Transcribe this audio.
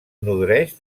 nodreix